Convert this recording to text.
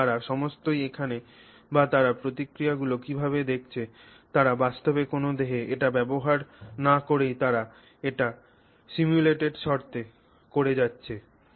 সুতরাং তার সমস্তই এখানে বা তারা প্রক্রিয়াগুলি কীভাবে দেখছে তারা বাস্তবে কোনও দেহে এটি ব্যবহার না করেই তারা এটি সিমুলেটেড শর্তে করে যাচ্ছে